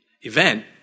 event